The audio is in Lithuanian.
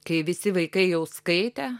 kai visi vaikai jau skaitė